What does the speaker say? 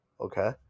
okay